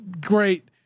great